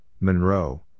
Monroe